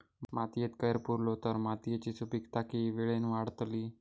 मातयेत कैर पुरलो तर मातयेची सुपीकता की वेळेन वाडतली?